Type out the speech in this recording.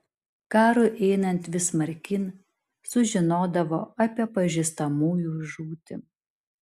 karui einant vis smarkyn sužinodavo apie pažįstamųjų žūtį